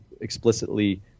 explicitly